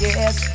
Yes